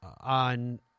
On